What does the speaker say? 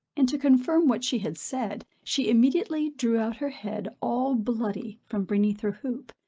and, to confirm what she had said, she immediately drew out her head all bloody from beneath her hoop,